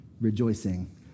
rejoicing